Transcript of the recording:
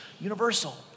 universal